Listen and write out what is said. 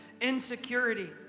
insecurity